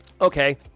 Okay